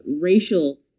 racial